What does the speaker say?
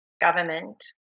government